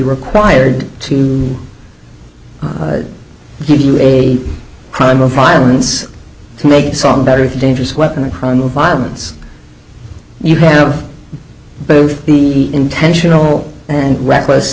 required to give you a crime of violence to make a song better a dangerous weapon a crime of violence you have both the intentional and reckless